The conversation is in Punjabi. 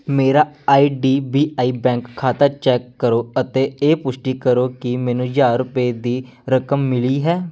ਮੇਰਾ I D B I bank ਖਾਤਾ ਚੈੱਕ ਕਰੋ ਅਤੇ ਇਹ ਪੁਸ਼ਟੀ ਕਰੋ ਕਿ ਮੈਨੂੰ ਹਜ਼ਾਰ ਰੁਪਏ ਦੀ ਰਕਮ ਮਿਲੀ ਹੈ